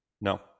no